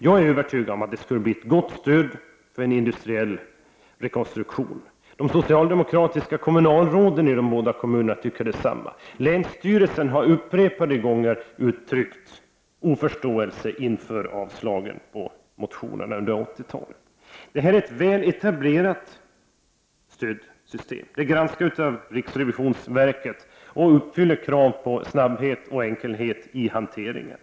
Jag är övertygad om att det skulle bli ett gott stöd för en industriell rekonstruktion. De socialdemokratiska kommunalråden i de båda kommunerna tycker det samma. Länsstyrelsen har upprepade gånger uttryckt oförståelse för avsla — Prot. 1989/90:95 gen på motionerna under 80-talet. 28 mars 1990 Detta är ett väl etablerat stödsystem som är granskat av riksrevisionsver ket, och det uppfyller kraven på snabbhet och enkelhet i hanteringen.